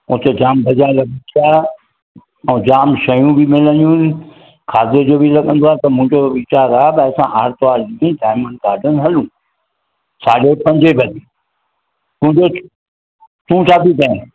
उते जामु बाज़ार लॻंदी आहे ऐं जाम शयूं बि मिलंदियूं आहिनि खाधे जो बि लॻंदो आहे त मुंहिंजो वीचारु आहे त असां आर्तवारु ॾींहुं डायमंड गार्डन हलूं साढे पंजे बजे तूं ॾिस तूं छा थी चएं